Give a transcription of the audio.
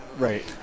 Right